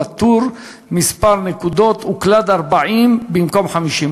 בטור "מספר נקודות" הוקלד "40" במקום "50".